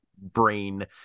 Brain